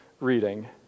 reading